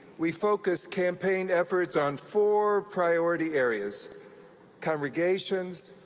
we focused campaign efforts on four priority areas congregations,